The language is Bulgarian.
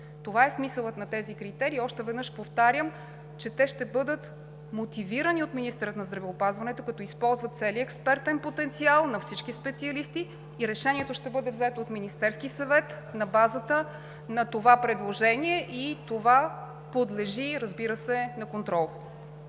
Това е смисълът на тези критерии. Още веднъж повтарям, че те ще бъдат мотивирани от министъра на здравеопазването, като използва целия експертен потенциал на всички специалисти и решението ще бъде взето от Министерския съвет на базата на това предложение. Това, разбира се, подлежи на контрол.